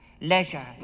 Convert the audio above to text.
leisure